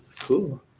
cool